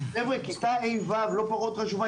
חבר'ה כיתה ה'-ו' לא פחות חשובה,